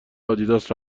آدیداس